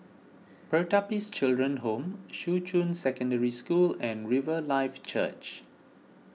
Pertapis Children Home Shuqun Secondary School and Riverlife Church